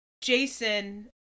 Jason